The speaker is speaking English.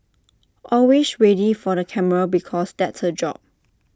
always ready for the camera because that's her job